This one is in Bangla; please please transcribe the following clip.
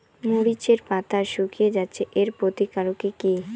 মরিচের পাতা শুকিয়ে যাচ্ছে এর প্রতিকার কি?